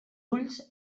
ulls